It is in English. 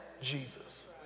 Jesus